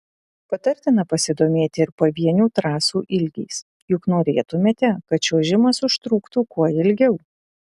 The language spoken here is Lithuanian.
patartina pasidomėti ir pavienių trasų ilgiais juk norėtumėte kad čiuožimas užtruktų kuo ilgiau